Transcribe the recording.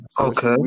Okay